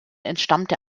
entstammte